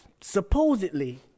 supposedly